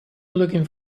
looking